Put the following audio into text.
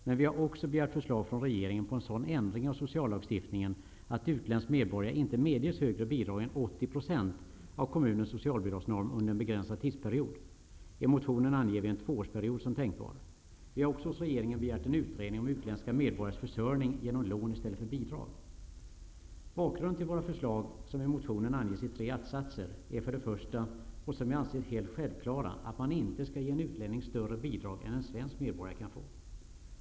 Men vi har också begärt förslag från regeringen om en sådan ändring av sociallagstiftningen att utländsk medborgare inte medges högre bidrag än 80 % av kommunens socialbidragsnorm under en begränsad tidsperiod. I motionen anger vi en tvåårsperiod som en tänkbar tid. Vi har också hos regeringen begärt en utredning om utländska medborgares försörjning genom lån i stället för genom bidrag. Bakgrunden till våra förslag, som i motionen anges i tre att-satser, är först och främst -- och det här anser jag vara helt självklart -- att man inte skall ge en utlänning större bidrag än en svensk medborgare kan få.